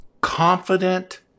confident